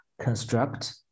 construct